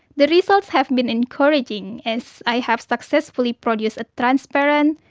the results have been encouraging as i have successfully produced a transparent,